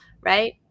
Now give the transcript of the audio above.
right